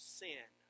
sin